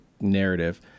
narrative